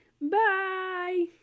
Bye